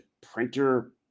printer